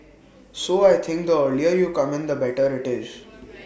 so I think the earlier you come in the better IT is